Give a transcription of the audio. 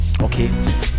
okay